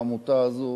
העמותה הזאת,